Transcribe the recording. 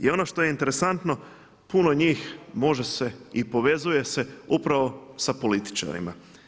I ono što je interesantno puno njih može se i povezuje se upravo sa političarima.